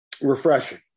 refreshing